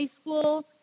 school